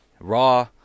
raw